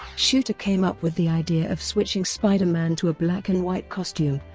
shooter came up with the idea of switching spider-man to a black-and-white costume,